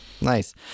Nice